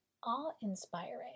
awe-inspiring